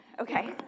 Okay